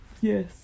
Yes